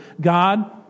God